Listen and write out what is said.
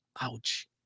Ouch